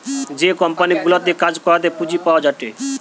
যে কোম্পানি গুলাতে কাজ করাতে পুঁজি পাওয়া যায়টে